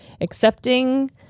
accepting